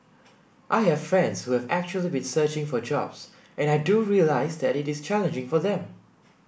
I have friends who have actually been searching for jobs and I do realise that it is challenging for them